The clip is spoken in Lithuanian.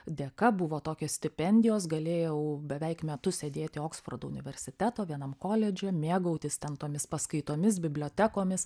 dėka buvo tokios stipendijos galėjau beveik metus sėdėti oksfordo universiteto vienam koledže mėgautis ten tomis paskaitomis bibliotekomis